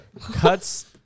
cuts